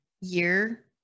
year